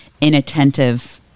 inattentive